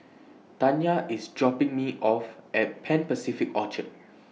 Tanya IS dropping Me off At Pan Pacific Orchard